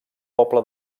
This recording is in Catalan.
poble